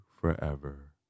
forever